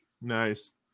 Nice